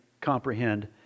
comprehend